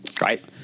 right